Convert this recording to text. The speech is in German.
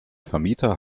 vermieter